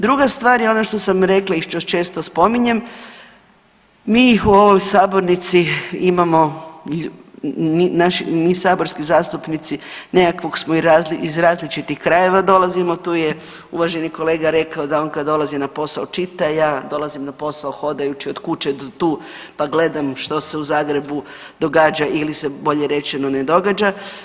Druga stvar, je ono što sam rekla i što često spominjem, mi u ovoj sabornici imamo, mi saborski zastupnici nekakvog smo iz različitih krajeva dolazimo, tu je uvaženi kolega rekao da on kad dolazi na posao čita, ja dolazim na posao hodajući od kuće do tu pa gledam što se u Zagrebu događa ili se bolje rečeno ne događa.